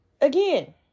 Again